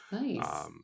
Nice